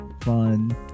Fun